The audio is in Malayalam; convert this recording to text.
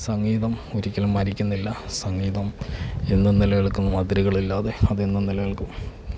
സംഗീതം ഒരിക്കലും മരിക്കുന്നില്ല സംഗീതം എന്നും നില നില്കുന്നു അതിരുകളില്ലാതെ അതെന്നും നിലനിൽക്കും